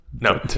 no